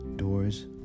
Doors